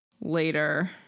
later